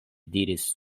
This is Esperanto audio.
diris